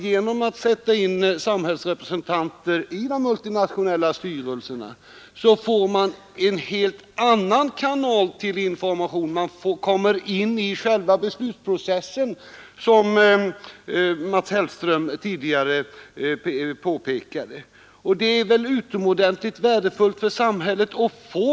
Genom att sätta in samhällsrepresentanter i de multinationella företagens styrelser får man, menar jag, en helt annan informationskanal; man kommer in i själva beslutsprocessen, som också herr Hellström tidigare utomordentligt värdefullt för samhället att få påpekade.